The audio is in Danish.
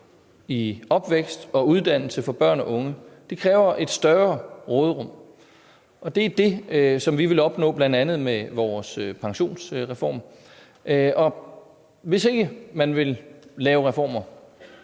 i opvækst og uddannelse for børn og unge. Det kræver et større råderum. Og det er det, vi vil opnå bl.a. med vores pensionsreform. Hvis ikke man vil lave reformer